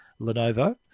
Lenovo